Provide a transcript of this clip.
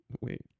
Wait